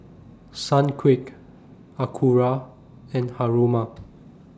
Sunquick Acura and Haruma